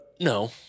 no